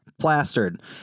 plastered